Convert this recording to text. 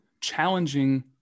challenging